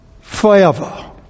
Forever